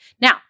Now